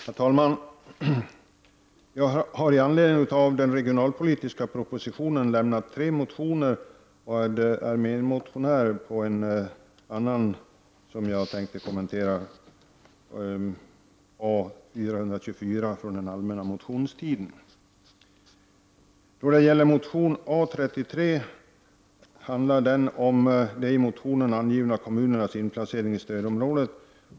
Herr talman! Jag har i anledning av den regionalpolitiska propositionen väckt tre motioner och är medmotionär när det gäller motion A424 från den allmänna motionstiden. Motion A33 handlar om de i motionen angivna kommunernas inplacering i stödområden.